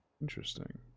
Interesting